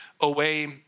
away